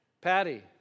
Patty